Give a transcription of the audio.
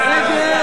בעד,